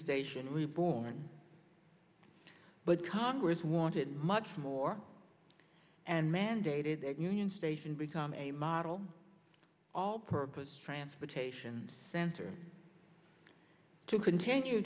station reborn but congress wanted much more and mandated a union station become a model all purpose transportation center to continue